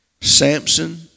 Samson